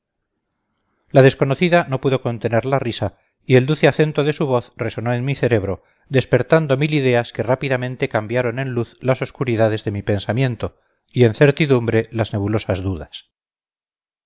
la desconocida no pudo contener la risa y el dulce acento de su voz resonó en mi cerebro despertando mil ideas que rápidamente cambiaron en luz las oscuridades de mi pensamiento y en certidumbre las nebulosas dudas